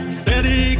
steady